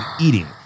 eating